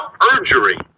perjury